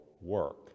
work